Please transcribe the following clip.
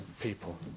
people